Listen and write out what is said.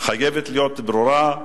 חייבת להיות ברורה,